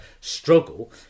struggle